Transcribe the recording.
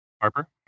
Harper